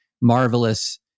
marvelous